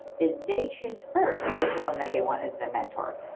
is they choose first which alumni they want is their mentor.